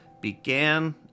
began